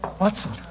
Watson